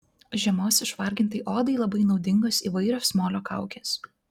žiemos išvargintai odai labai naudingos įvairios molio kaukės